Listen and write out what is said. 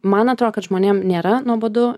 man atrodo kad žmonėm nėra nuobodu